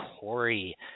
Corey